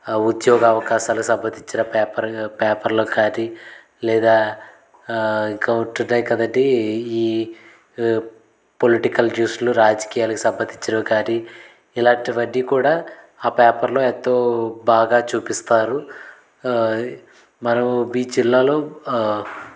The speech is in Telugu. ఉద్యోగ అవకాశాలు సంబంధించిన పేపర్ పేపర్లు కానీ లేదా ఇంకా ఉంటున్నాయి కదండీ ఈ పొలిటికల్ న్యూస్లు రాజకీయాలకు సంబంధించినవి కానీ ఇలాంటివన్నీ కూడా ఆ పేపర్లో ఎంతో బాగా చూపిస్తారు మనం మీ జిల్లాలో